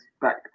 back